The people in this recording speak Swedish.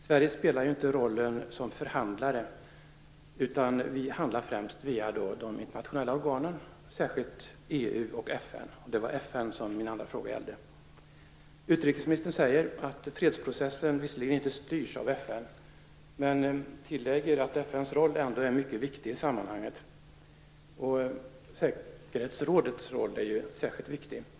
Sverige har ju inte rollen som förhandlare, utan vi agerar främst via de internationella organen, särskilt EU och FN. Utrikesministern säger att fredsprocessen visserligen inte styrs av FN men tillägger att FN:s roll ändå är mycket viktig i sammanhanget. Särskilt betydelsefull är säkerhetsrådets roll.